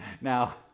Now